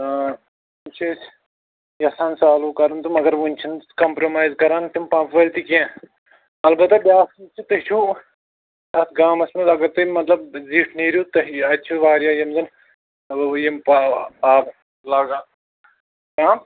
آ چھِ أسۍ یژھان سالوٗ کَرُن تہٕ مگر وُنہِ چھَنہٕ کَمپرٛومایز کَران تِم پَمپ وٲلۍ تہِ کیٚنٛہہ البتہ بیٛاکھ چیٖز چھِ تُہۍ چھُو اَتھ گامَس منٛز اگر تُہۍ مطلب زِٹھۍ نیٖرِو تُہۍ اَتہِ چھِ واریاہ یِم زَن یِم پاو آب لاگان کَم